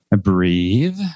breathe